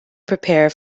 prepare